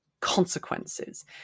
consequences